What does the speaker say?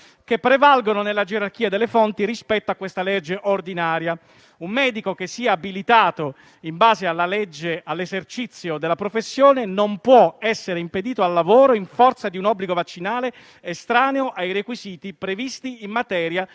che prevalgono nella gerarchia delle fonti rispetto a questa legge ordinaria. A un medico, che sia abilitato in base alla legge all'esercizio della professione, non può essere impedito di lavorare in forza di un obbligo vaccinale estraneo ai requisiti previsti in materia